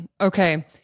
Okay